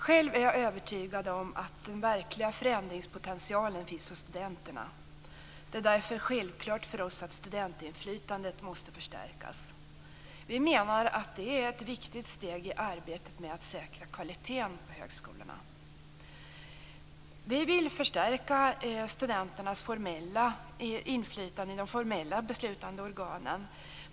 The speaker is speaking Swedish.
Själv är jag övertygad om att den verkliga förändringspotentialen finns hos studenterna. Det är därför självklart för oss att studentinflytandet måste förstärkas. Vi menar att det är ett viktigt steg i arbetet med att säkra kvaliteten på högskolorna. Vi vill förstärka studenternas inflytande i de formella beslutande organen.